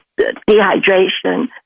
dehydration